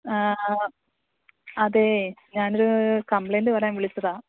അതേ ഞാനൊരു കംപ്ലയിൻറ് പറയാൻ വിളിച്ചതാണ്